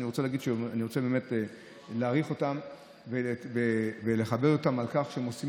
אני רוצה באמת להעריך אותם ולכבד אותם על כך שהם עושים